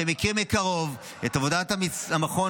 שמכיר מקרוב את עבודת המכון,